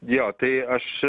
jo tai aš